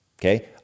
okay